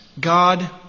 God